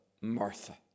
Martha